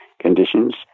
conditions